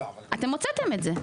אתם הוצאתם את זה.